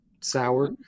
sour